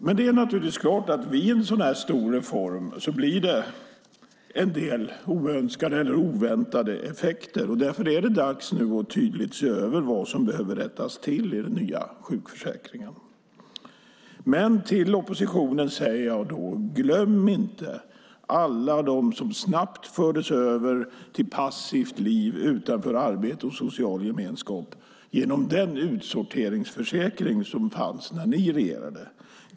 Men det är naturligtvis så att vid en så stor reform blir det en del oönskade eller oväntade effekter. Därför är det nu dags att tydligt se över vad som behöver rättas till i den nya sjukförsäkringen. Men till oppositionen säger jag då: Glöm inte alla de som snabbt fördes över till ett passivt liv utanför arbete och social gemenskap genom den utsorteringsförsäkring som fanns när ni regerade.